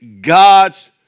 God's